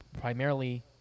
primarily